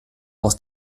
aus